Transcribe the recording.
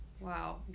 Wow